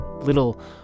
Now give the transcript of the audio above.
little